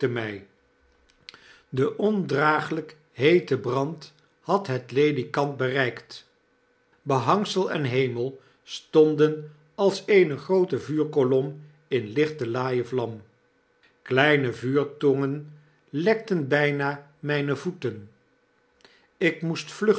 de kluizenaak ondraaglyk heete brand had het ledikant bereikt behangsel en hemel stonden als eene groote vuurkolom in lichtelaaie vlam kleine vuurtongen lekten byna myne voeten ik moest